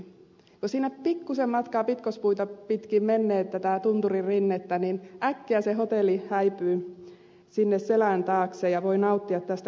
kun sinne pikkuisen matkaa pitkospuita pitkin menee tunturin rinnettä niin äkkiä se hotelli häipyy selän taakse ja voi nauttia tästä koskemattomasta luonnosta